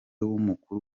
w’umukuru